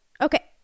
okay